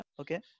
Okay